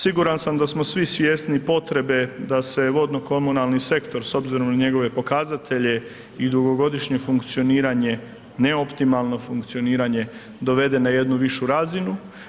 Siguran sam da smo svi svjesni potrebe da se vodno-komunalni sektor s obzirom na njegove pokazatelje i dugogodišnje funkcioniranje, neoptimalno funkcioniranje dovede na jednu višu razinu.